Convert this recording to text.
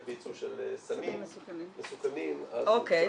בייצוא של סמים מסוכנים אז -- אוקיי,